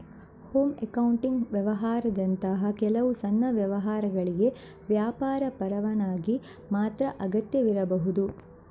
home accounting ವ್ಯವಹಾರದಂತಹ ಕೆಲವು ಸಣ್ಣ ವ್ಯವಹಾರಗಳಿಗೆ ವ್ಯಾಪಾರ ಪರವಾನಗಿ ಮಾತ್ರ ಅಗತ್ಯವಿರಬಹುದು